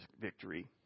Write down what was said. victory